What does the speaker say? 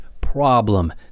problem